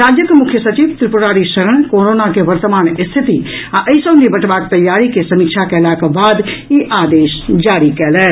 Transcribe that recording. राज्यक मुख्य सचिव त्रिपुरारी शरण कोरोना के वर्तमान स्थिति आ एहि सँ निपटबाक तैयारी के समीक्षा कयलाक बाद ई आदेश जारी कयलनि